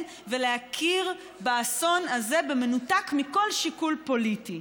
ולהכיר באסון הזה במנותק מכל שיקול פוליטי.